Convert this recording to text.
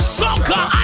soccer